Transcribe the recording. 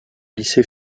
lycée